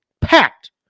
packed